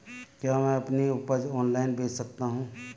क्या मैं अपनी उपज ऑनलाइन बेच सकता हूँ?